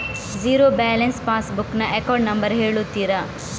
Zero balance pass book ನ account number ಹೇಳುತ್ತೀರಾ?